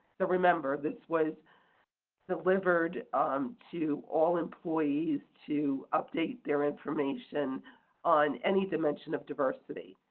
so remember, this was delivered um to all employees to update their information on any dimension of diversity.